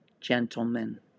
gentlemen